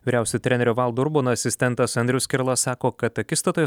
vyriausio trenerio valdo urbono asistentas andrius skerla sako kad akistatoje